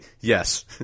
yes